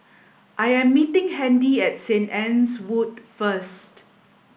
I am meeting Andy at Saint Anne's Wood First